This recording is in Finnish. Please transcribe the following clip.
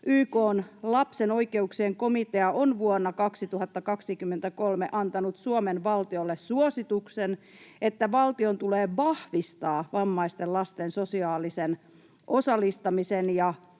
”YK:n lapsen oikeuksien komitea on vuonna 2023 antanut Suomen valtiolle suosituksen, että valtion tulee vahvistaa vammaisten lasten sosiaalisen osallistamisen ja